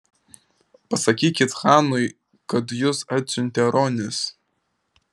pasakykit chanui kad jus atsiuntė ronis